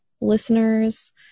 listeners